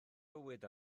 bywyd